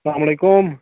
سلامُ علیکُم